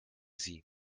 sie